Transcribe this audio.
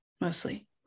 mostly